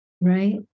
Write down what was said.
Right